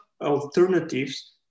alternatives